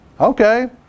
okay